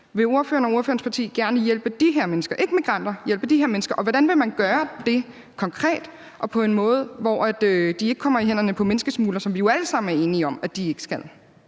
Vil ordføreren og ordførerens parti gerne hjælpe de her mennesker – ikke migranter – og hvordan vil man gøre det konkret og på en måde, hvor de ikke kommer i hænderne på menneskesmuglere, som vi jo alle sammen er enige om at de ikke skal?